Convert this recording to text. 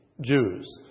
Jews